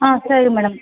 ಹಾಂ ಸರಿ ಮೇಡಮ್